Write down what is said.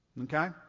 Okay